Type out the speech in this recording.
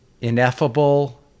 ineffable